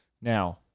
Now